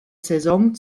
saison